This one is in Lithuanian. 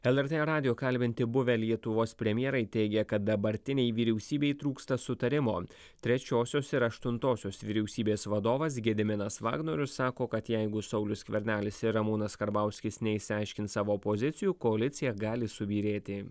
lrt radijo kalbinti buvę lietuvos premjerai teigia kad dabartinei vyriausybei trūksta sutarimo trečiosios ir aštuntosios vyriausybės vadovas gediminas vagnorius sako kad jeigu saulius skvernelis ir ramūnas karbauskis neišsiaiškins savo pozicijų koalicija gali subyrėti